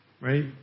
right